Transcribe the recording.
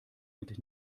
mit